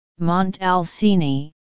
Montalcini